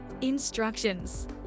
Instructions